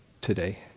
today